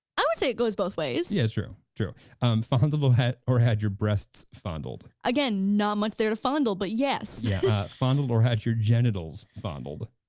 i would say it goes both ways. yeah, true, true um fondled or had or had your breasts fondled. again not much there to fondle, but yes. yeah fondled or had your genitals fondled.